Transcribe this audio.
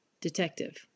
Detective